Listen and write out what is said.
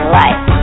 life